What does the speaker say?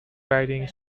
writing